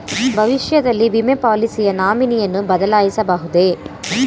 ಭವಿಷ್ಯದಲ್ಲಿ ವಿಮೆ ಪಾಲಿಸಿಯ ನಾಮಿನಿಯನ್ನು ಬದಲಾಯಿಸಬಹುದೇ?